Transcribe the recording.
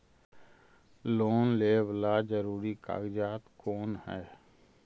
Loan लेब ला जरूरी कागजात कोन है?